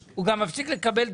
אבל הוא גם מפסיק לקבל מענקי איזון.